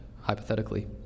hypothetically